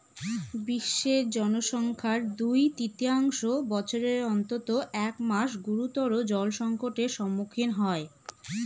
বিশ্বের জনসংখ্যার দুই তৃতীয়াংশ বছরের অন্তত এক মাস গুরুতর জলসংকটের সম্মুখীন হয়